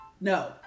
No